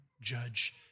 judge